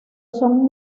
son